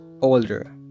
older